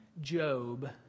Job